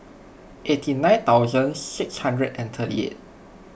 eighty nine thousand six hundred and thirty eight